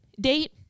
date